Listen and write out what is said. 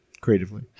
creatively